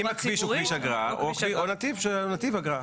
אם הכביש או כביש אגרה או נתיב שהוא נתיב אגרה.